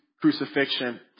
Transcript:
crucifixion